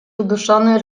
uduszony